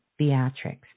theatrics